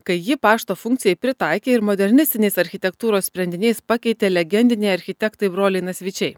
kai jį pašto funkcijai pritaikė ir modernistinės architektūros sprendiniais pakeitė legendiniai architektai broliai nasvyčiai